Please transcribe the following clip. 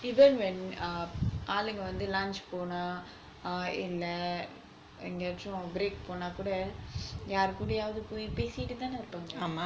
even when a ஆளுங்க வந்து:aalunga vanthu lunch போனா இல்ல எங்கயாச்சும்:ponaa illa engayachum break போனா கூட யாரு கூடயாவது போய் பேசிட்டுதானே இருப்பாங்க:ponaa kooda yaru koodayavathu poi pesittuthaanae iruppanga